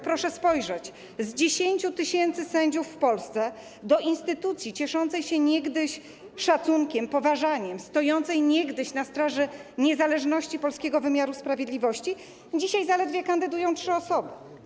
Proszę spojrzeć, z 10 tys. sędziów w Polsce do instytucji cieszącej się niegdyś szacunkiem, poważaniem, stojącej niegdyś na straży niezależności polskiego wymiaru sprawiedliwości kandydują dzisiaj zaledwie trzy osoby.